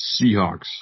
Seahawks